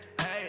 hey